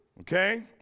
Okay